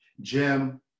Jim